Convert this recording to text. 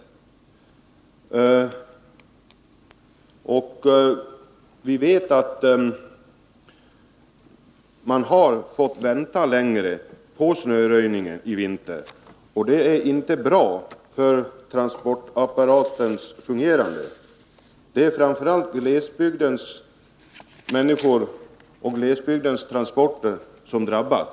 Vi vet att man, trots detta, i vinter har fått vänta längre än vanligt på snöröjningen, och det är inte bra för transportapparatens funktion. Det är framför allt glesbygdens människor och transporter som drabbas.